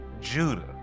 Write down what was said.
Judah